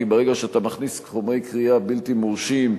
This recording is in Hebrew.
כי ברגע שאתה מכניס גורמי כרייה בלתי מורשים,